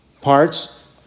parts